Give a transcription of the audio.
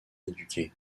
éduqué